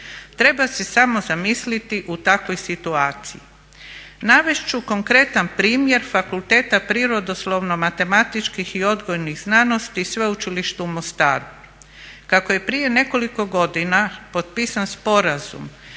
Treba se samo zamisliti u takvoj situaciji. Navest ću konkretan primjer Fakulteta prirodoslovno-matematičkih i odgojnih znanosti i Sveučilište u Mostaru, kako je prije nekoliko godina potpisan sporazum